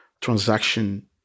transaction